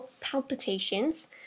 palpitations